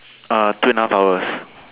uh two and a half hours